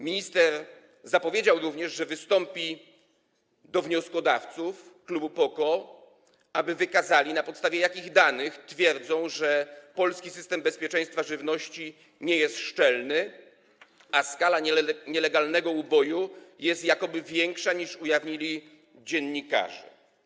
Minister zapowiedział również, że wystąpi do wnioskodawców klubu PO - KO, aby wykazali, na podstawie jakich danych twierdzą, że polski system bezpieczeństwa żywności nie jest szczelny, a skala nielegalnego uboju jest jakoby większa, niż ujawnili dziennikarze.